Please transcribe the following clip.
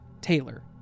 Taylor